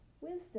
wisdom